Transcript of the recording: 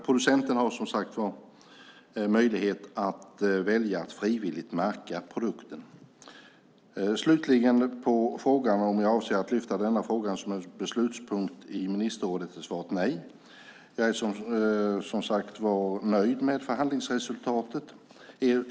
Producenten har som sagt möjlighet att välja att frivilligt märka produkten. Slutligen: På frågan om jag avser att lyfta fram denna fråga som en beslutspunkt i ministerrådet är svaret nej. Jag är som sagt nöjd med förhandlingsresultatet.